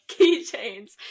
keychains